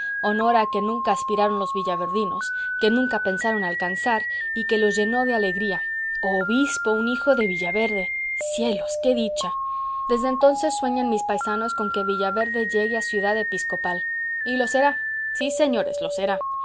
honor a que nunca aspiraron los villaverdinos que nunca pensaron alcanzar y que los llenó de alegría obispo un hijo de villaverde cielos qué dicha desde entonces sueñan mis paisanos con que villaverde llegue a ciudad episcopal y lo será sí señores lo será